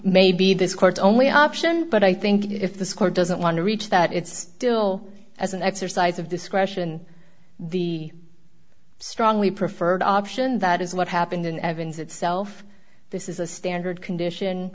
may be this court's only option but i think if this court doesn't want to reach that it's still as an exercise of discretion the strongly preferred option that is what happened in evans itself this is a standard condition